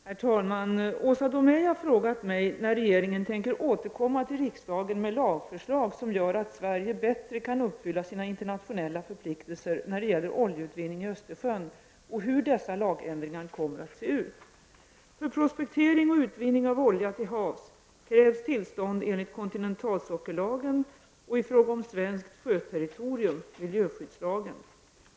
Herr talman! Åsa Domeij har frågat mig när regeringen tänker återkomma till riksdagen med lagförslag som gör att Sverige bättre kan uppfylla sina internationella förpliktelser när det gäller oljeutvinning i Östersjön och hur dessa lagändringar kommer att se ut. För prospektering och utvinning av olja till havs krävs tillstånd enligt kontinentalsockellagen och i fråga om svenskt sjöterritorium miljöskyddslagen.